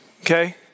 Okay